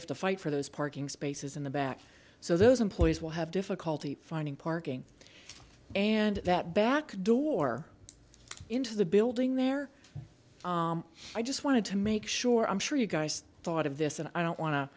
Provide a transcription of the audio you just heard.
have to fight for those parking spaces in the back so those employees will have difficulty finding parking and that back door into the building there i just wanted to make sure i'm sure you guys thought of this and i don't wan